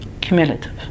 cumulative